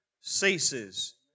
ceases